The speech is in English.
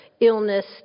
illness